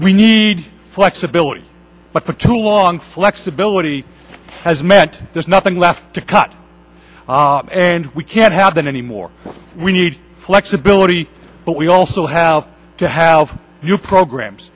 we need flexibility but for too long flexibility has meant there's nothing left to cut and we can't have that anymore we need flexibility but we also have to have your programs